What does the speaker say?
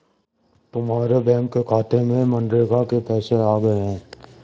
तुम्हारे बैंक के खाते में मनरेगा के पैसे आ गए हैं